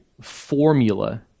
formula